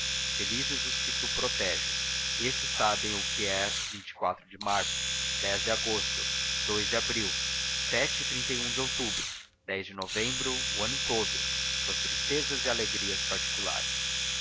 felizes os que tu proteges esses sabem o que é de março de agosto de abril de outubro de novembro o ano todo suas tristezas e alegrias particulares